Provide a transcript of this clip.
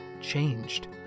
changed